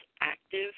active